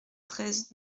treize